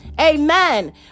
amen